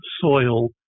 soil